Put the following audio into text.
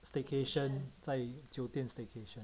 staycation 在酒店 staycation